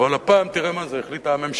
אבל הפעם, תראה מה זה, החליטה הממשלה